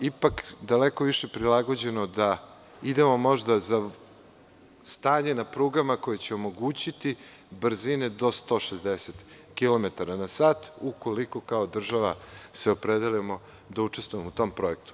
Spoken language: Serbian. ipak daleko više prilagođeno da idemo možda za stanje na prugama koje će omogućiti brzine do 160 km na sat, ukoliko se kao država opredelimo da učestvujemo u tom projektu.